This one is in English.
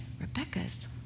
Rebecca's